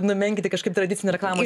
numenkyti kažkaip tradicinė reklamos